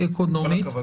אז זה אדרבה,